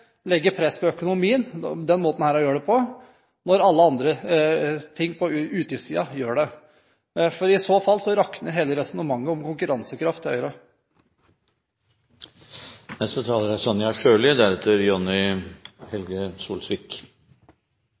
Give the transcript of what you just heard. press på økonomien når alle andre ting på utgiftssiden gjør det. For i så fall så rakner hele Høyres resonnement om konkurransekraft. Et av de områdene som Høyre har vært, og er,